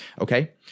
Okay